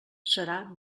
serà